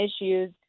issues